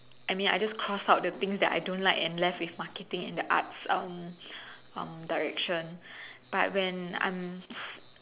I mean I just cross out the things that I don't like and left with marketing and the arts um direction but when I'm